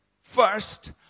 first